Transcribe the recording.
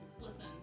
Listen